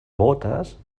botes